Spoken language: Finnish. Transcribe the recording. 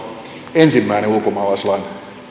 ensimmäinen ulkomaalaislain